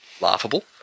laughable